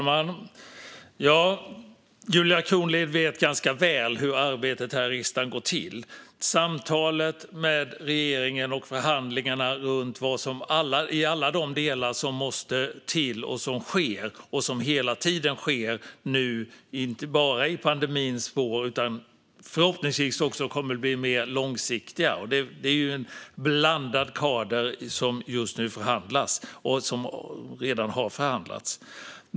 Fru talman! Julia Kronlid vet ganska väl hur arbetet här i riksdagen går till. Det sker samtal med regeringen och förhandlingar i alla de delar som måste till. De sker hela tiden, och de sker inte bara i pandemins spår utan kommer förhoppningsvis också att bli mer långsiktiga. Det är en blandad kader som just nu förhandlas och som redan har förhandlats.